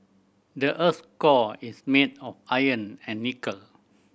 the earth's core is made of iron and nickel